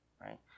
Right